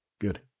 good